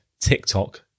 TikTok